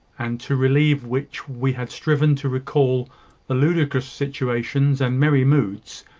and to relieve which we had striven to recall the ludicrous situations and merry moods,